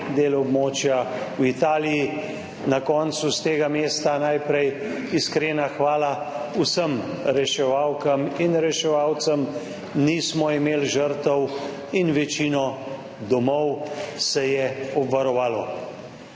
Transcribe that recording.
del območja v Italiji. Na koncu s tega mesta najprej iskrena hvala vsem reševalkam in reševalcem, nismo imeli žrtev in večino domov se je obvarovalo.